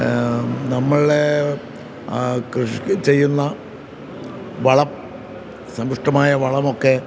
നമ്മളെ ആ കൃഷിക്ക് ചെയ്യുന്ന വളം സമ്പുഷ്ടമായ വളമൊക്കെ